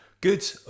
Good